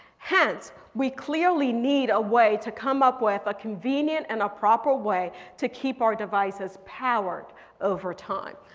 hence, we clearly need a way to come up with a convenient and a proper way to keep our devices powered over time.